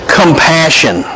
compassion